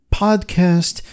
podcast